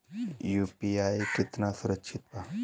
UPI कितना सुरक्षित बा?